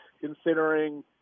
considering